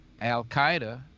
Al-Qaeda